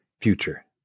future